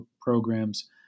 programs